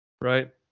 right